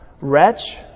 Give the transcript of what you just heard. Wretch